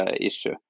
issue